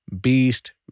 beast